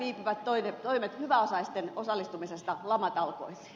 missä viipyvät toimet hyväosaisten osallistumisesta lamatalkoisiin